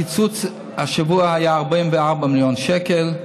הקיצוץ השבוע היה 44 מיליון שקל,